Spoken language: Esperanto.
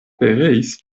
pereis